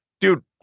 dude